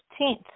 15th